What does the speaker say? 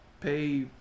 pay